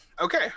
Okay